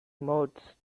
modes